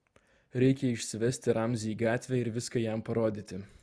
reikia išsivesti ramzį į gatvę ir viską jam parodyti